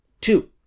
Two